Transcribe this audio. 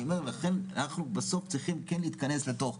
לכן אנחנו בסוף צריכים כן להתכנס לתוך,